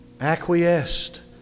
acquiesced